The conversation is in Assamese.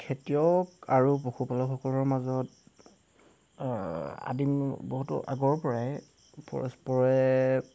খেতিয়ক আৰু পশুপালকসকলৰ মাজত আদিম বহুতো আগৰ পৰায়ে পৰস্পৰে